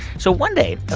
so one day,